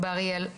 באריאל,